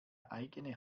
eigene